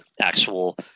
actual